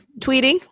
tweeting